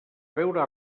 veure